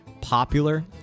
popular